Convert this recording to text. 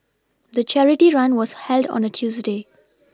the charity run was held on a Tuesday